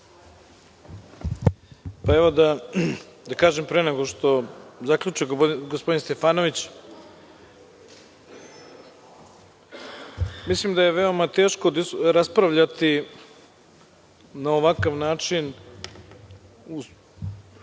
Dačić** Da kažem, pre nego što zaključi gospodin Stefanović, mislim da je veoma teško raspravljati na ovakav način,